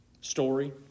story